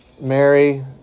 Mary